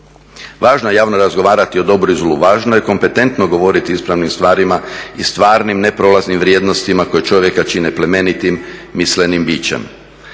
Važno je javno razgovarati o dobru i zlu, važno je kompetentno govoriti o ispravnim stvarima i stvarnim neprolaznim vrijednostima koje čovjeka čine plemenitim, mislenim bićem.